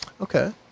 Okay